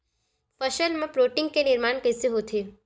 फसल मा प्रोटीन के निर्माण कइसे होथे?